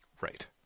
Right